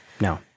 No